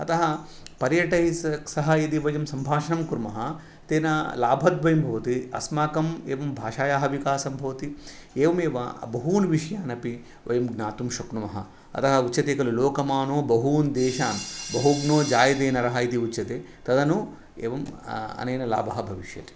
अतः पर्यटकैः सह यदि वयं सम्भाषणं कुर्मः तेन लाभद्वयं भवति अस्माकम् एवं भाषायाः विकासं भवति एवमेव बहून् विषयान् अपि वयं ज्ञातुं शक्नुमः अतः उच्यते खलु लोकमानो बहून् देशान् बहूज्ञो जायते नरः इति उच्यते तदनु एवम् अनेन लाभः भविष्यति